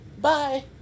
Bye